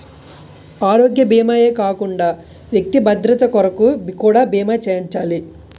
ఆరోగ్య భీమా ఏ కాకుండా వ్యక్తి భద్రత కొరకు కూడా బీమా చేయించాలి